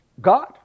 God